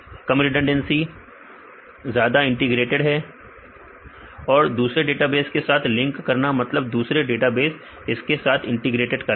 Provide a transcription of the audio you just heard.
सही है कम रिडंडेंसी विद्यार्थी ज्यादा इंटीग्रेटेड ज्यादा इंटीग्रेटेड और दूसरे डेटाबेस के साथ लिंक करना मतलब दूसरे डेटाबेस इसके साथ इंटीग्रेट करना